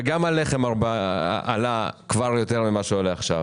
גם הלחם עלה כבר יותר ממה שהוא עולה עכשיו.